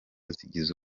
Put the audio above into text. zigize